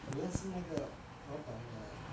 我认识那个老板 lah